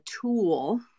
tool